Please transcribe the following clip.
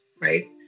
right